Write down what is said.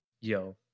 yo